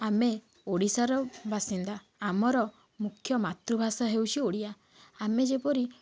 ଆମେ ଓଡ଼ିଶାର ବାସିନ୍ଦା ଆମର ମୁଖ୍ୟ ମାତୃଭାଷା ହେଉଛି ଓଡ଼ିଆ ଆମେ ଯେପରି